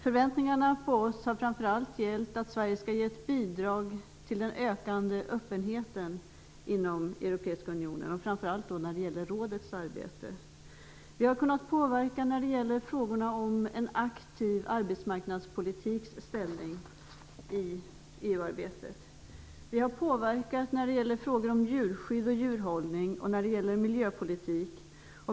Förväntningarna på oss har framför allt gällt att Sverige skall ge ett bidrag till den ökande öppenheten inom Europeiska unionen, framför allt när det gäller rådets arbete. Vi har kunnat påverka när det gäller frågorna om en aktiv arbetsmarknadspolitiks ställning i EU arbetet. Vi har påverkat när det gäller frågor om djurskydd och djurhållning och när det gäller miljöpolitik.